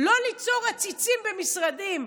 לא ליצור עציצים במשרדים,